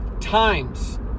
times